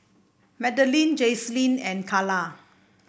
Magdalene Jaclyn and Kala